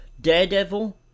Daredevil